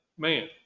man